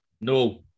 No